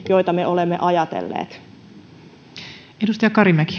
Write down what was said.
joita me olemme ajatelleet arvoisa